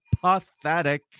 pathetic